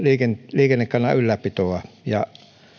liikennekantamme ylläpitoa ja